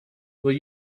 will